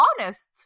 honest